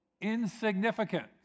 insignificant